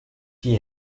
die